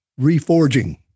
reforging